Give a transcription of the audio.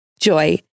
Joy